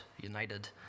united